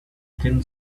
thin